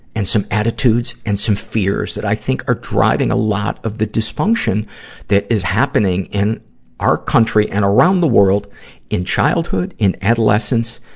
and some attitudes and some fears that i think are driving a lot of the dysfunction that is happening in our country and around the world in childhood, in adolescence,